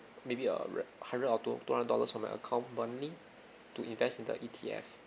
maybe a hundred or two two hundred dollars from my account monthly to invest in the E_T_F